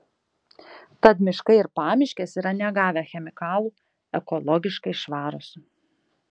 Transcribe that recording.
tad miškai ir pamiškės yra negavę chemikalų ekologiškai švarūs